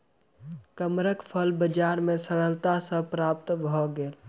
कमरख फल बजार में सरलता सॅ प्राप्त भअ गेल